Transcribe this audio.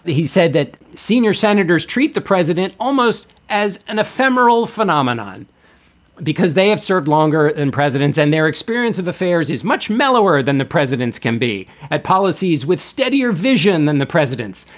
he said that senior senators treat the president almost as an ephemeral phenomenon because they have served longer and presidents and their experience of affairs is much mellower than the presidents can be at policies with steadier vision than the presidents.